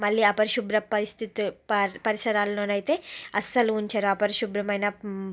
మళ్ళీ అపరిశుభ్ర పరిస్థితి పరి పరిసరాలలోనయితే అస్సలు ఉంచరు అపరిశుభ్రమైన